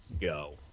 Go